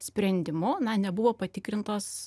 sprendimu nebuvo patikrintos